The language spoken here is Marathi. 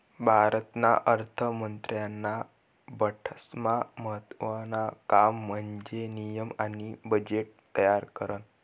भारतना अर्थ मंत्रालयानं बठ्ठास्मा महत्त्वानं काम म्हन्जे नियम आणि बजेट तयार करनं